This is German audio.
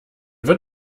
wird